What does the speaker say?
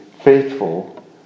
faithful